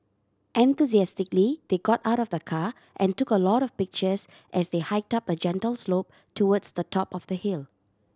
enthusiastically they got out of the car and took a lot of pictures as they hiked up a gentle slope towards the top of the hill